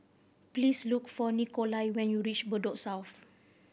please look for Nikolai when you reach Bedok South